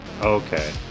Okay